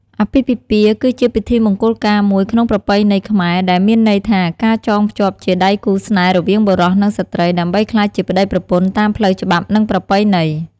អាពាហ៍ពិពាហ៍ គឺជាពិធីមង្គលការមួយក្នុងប្រពៃណីខ្មែរ ដែលមានន័យថា ការចងភ្ជាប់ជាដៃគូរស្នេហ៍រវាងបុរស និងស្ត្រី ដើម្បីក្លាយជាប្ដីប្រពន្ធតាម ផ្លូវច្បាប់ និងប្រពៃណី។